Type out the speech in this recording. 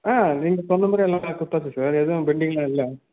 ஆ நீங்கள் சொன்ன மாதிரி எல்லாம் பர்ஃபெக்ட்டாக இருக்குது சார் எதுவும் பெண்டிங்லாம் இல்லை